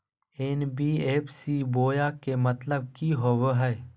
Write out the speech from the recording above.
NBFC बोया के मतलब कि होवे हय?